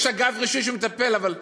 יש אגף רישוי שמטפל, אבל,